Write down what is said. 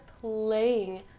playing